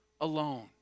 alone